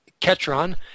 Ketron